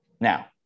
Now